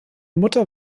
mutter